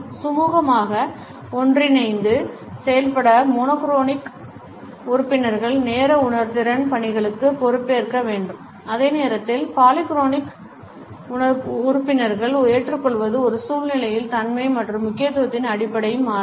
சுமுகமாக ஒன்றிணைந்து செயல்பட மோனோடோனிக் உறுப்பினர்கள் நேர உணர்திறன் பணிகளுக்கு பொறுப்பேற்க வேண்டும் அதே நேரத்தில் பாலிஃபோனிக் உறுப்பினர்களை ஏற்றுக்கொள்வது ஒரு சூழ்நிலையின் தன்மை மற்றும் முக்கியத்துவத்தின் அடிப்படையில் மாறுபடும்